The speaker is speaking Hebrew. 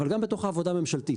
אבל גם בתוך העבודה הממשלתית.